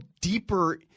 deeper –